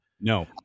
No